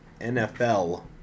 NFL